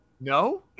No